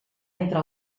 entre